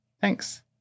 Thanks